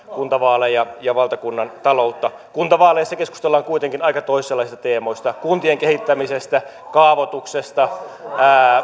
kuntavaaleja ja valtakunnan taloutta kuntavaaleissa keskustellaan kuitenkin aika toisenlaisista teemoista kuntien kehittämisestä kaavoituksesta